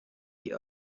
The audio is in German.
die